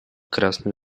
красную